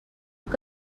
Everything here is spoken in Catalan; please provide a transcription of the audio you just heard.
que